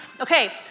Okay